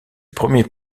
premier